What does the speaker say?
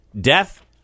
death